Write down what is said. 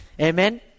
Amen